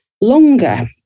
longer